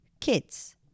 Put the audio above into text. kids